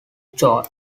choir